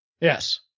Yes